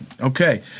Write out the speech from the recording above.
Okay